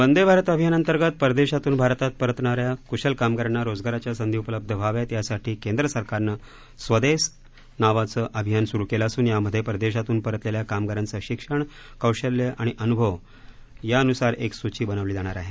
वंदे भारत अभियाना अंतर्गत परदेशातून भारतात परतणाऱ्या कुशल कामगारांना रोजगाराच्या संधी उपलब्ध व्हाव्यात यासाठी केंद्रसरकारनं स्वदेस नावाचं अभियान सुरु केलं असुन यामध्ये परदेशातून परतलेल्या कामगारांचं शिक्षण कौशल्य आणि अनुभव यानुसार एक सूची बनवली जाणार आहे